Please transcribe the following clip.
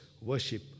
worship